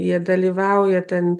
jie dalyvauja ten